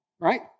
right